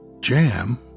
jam